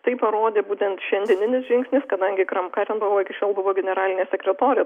tai parodė būtent šiandieninis žingsnis kadangi kram karenbau anksčiau generalinė sekretorė